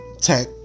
Tech